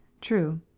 True